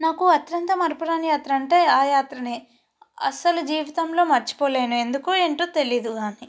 నాకు అత్యంత మరపురాని యాత్రంటే ఆ యాత్రే అసలు జీవితంలో మర్చిపోలేను ఎందుకో ఏంటో తెలీదు కాని